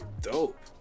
dope